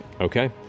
Okay